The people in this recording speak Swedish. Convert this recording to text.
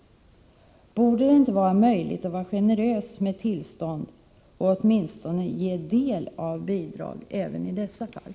Borde det inte vara möjligt att vara generös med tillstånd och åtminstone ge del av bidrag även i dessa fall?